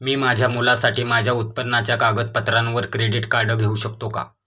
मी माझ्या मुलासाठी माझ्या उत्पन्नाच्या कागदपत्रांवर क्रेडिट कार्ड घेऊ शकतो का?